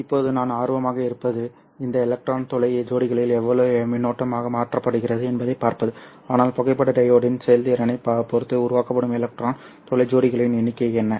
இப்போது நாம் ஆர்வமாக இருப்பது இந்த எலக்ட்ரான் துளை ஜோடிகளில் எவ்வளவு மின்னோட்டமாக மாற்றப்படுகிறது என்பதைப் பார்ப்பது ஆனால் புகைப்பட டையோடின் செயல்திறனைப் பொறுத்து உருவாக்கப்படும் எலக்ட்ரான் துளை ஜோடிகளின் எண்ணிக்கை என்ன